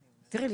תראי,